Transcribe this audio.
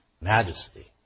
majesty